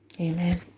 Amen